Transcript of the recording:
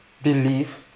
believe